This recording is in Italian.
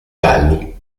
galli